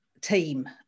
team